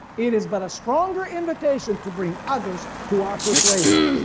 it is but a stronger invitation to bring others to our persuasion.